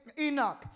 Enoch